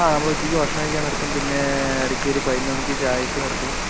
ആ നമ്മൾ ഉച്ചക്ക് ഭക്ഷണം കഴിക്കാൻ നിർത്തും പിന്നെ ഇടയ്ക്കൊരു പതിനൊന്നു മണിക്ക് ചായക്ക് നിർത്തും